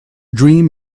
dream